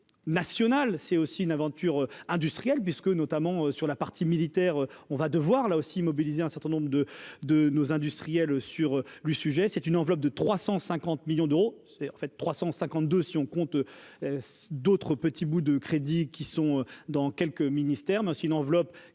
c'est aussi une aventure industrielle puisque notamment sur la partie militaire, on va devoir là aussi mobiliser un certain nombre de de nos industriels sur le sujet, c'est une enveloppe de 350 millions d'euros, c'est en fait 352 si on compte d'autres petits bouts de crédit qui sont dans quelques ministères, mais aussi une enveloppe